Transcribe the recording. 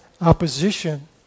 opposition